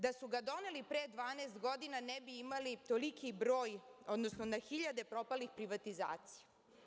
Da su ga doneli pre 12 godina, ne bi imali toliki broj, odnosno na hiljade propalih privatizacija.